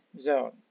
zone